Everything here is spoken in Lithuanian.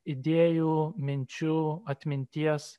idėjų minčių atminties